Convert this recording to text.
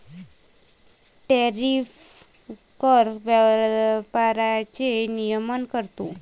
tariff कर व्यापाराचे नियमन करतो